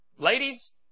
Ladies